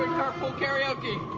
carpool karaoke.